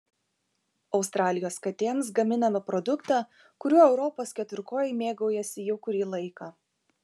australijos katėms gaminame produktą kuriuo europos keturkojai mėgaujasi jau kurį laiką